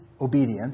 obedience